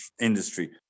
industry